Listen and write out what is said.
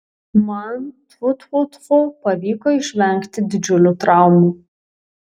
man tfu tfu tfu pavyko išvengti didžiulių traumų